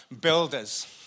builders